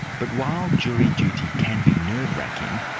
but while jury duty can be nerve-racking,